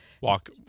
walk